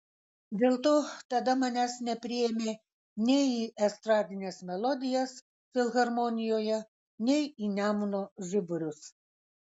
dėl to tada manęs nepriėmė nei į estradines melodijas filharmonijoje nei į nemuno žiburius